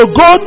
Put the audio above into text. go